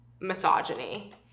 misogyny